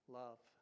love